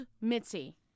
Mitzi